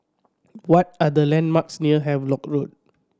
what are the landmarks near Havelock Road